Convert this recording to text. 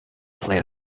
play